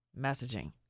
Messaging